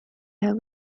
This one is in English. her